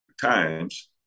times